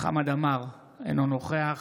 חמד עמאר, אינו נוכח